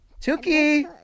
Tuki